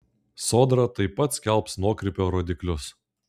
sodra taip pat skelbs nuokrypio rodiklius